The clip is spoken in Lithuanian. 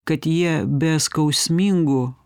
kad jie be skausmingų